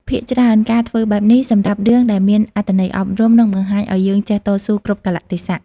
ភាគច្រើនការធ្វើបែបនេះ សម្រាប់រឿងដែលមានអត្តន័យអប់រំ និងបង្ហាញឲ្យយើងចេះតស៊ូគ្រប់កាលៈទេសៈ។